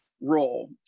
role